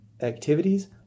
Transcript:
activities